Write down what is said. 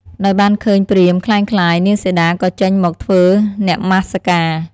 ដោយបានឃើញព្រាហ្មណ៍ក្លែងក្លាយ នាងសីតាក៏ចេញមកធ្វើនមស្ការ។